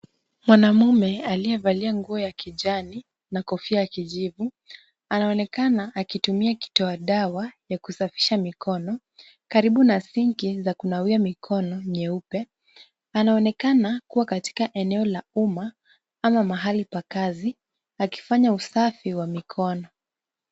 Mwanamume aliyevalia nguo ya kijani na kofia ya kijivu, anaonekana akitumia kitoa dawa ya kusafisha mikono, karibu na sinki za kunawia mikono, nyeupe. Anaonekana kuwa katika eneo la umma au mahali pa kazi, akifanya usafi wa mikono.